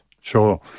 Sure